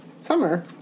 summer